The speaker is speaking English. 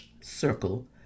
circle